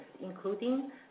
including